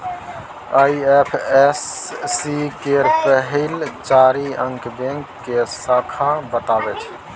IFSC केर पहिल चारि अंक बैंक के शाखा बताबै छै